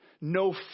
no